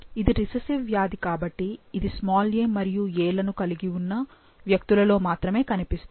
ఇది రిసెసివ్ వ్యాధి కాబట్టి ఇది a మరియు a లను కలిగి ఉన్న వ్యక్తులలో మాత్రమే కనిపిస్తుంది